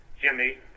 Jimmy